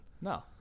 No